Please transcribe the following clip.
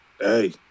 Hey